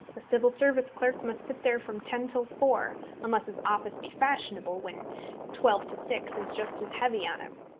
the civil service clerk must sit there from ten till four unless his office be fashionable, when twelve to six is just as heavy on him.